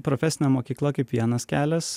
profesinė mokykla kaip vienas kelias